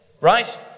Right